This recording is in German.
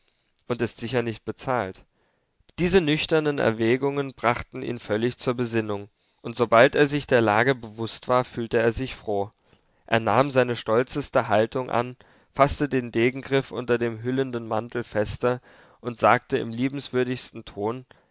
und ist sicher nicht bezahlt diese nüchternen erwägungen brachten ihn völlig zur besinnung und sobald er sich der lage bewußt war fühlte er sich froh er nahm seine stolzeste haltung an faßte den degengriff unter dem hüllenden mantel fester und sagte im liebenswürdigsten ton